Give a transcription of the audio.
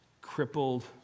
crippled